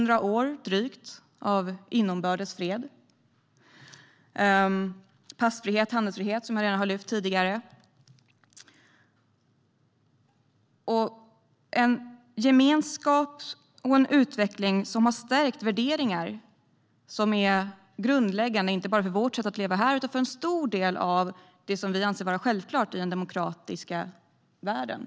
Vi har haft drygt 200 år av inbördes fred och passfrihet och handelsfrihet, vilket jag har lyft fram tidigare. Vi har haft en gemenskap och en utveckling som har stärkt värderingar som är grundläggande för inte bara vårt sätt att leva utan för en stor del av det som vi anser vara självklart i den demokratiska världen.